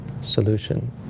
solution